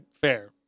fair